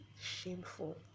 shameful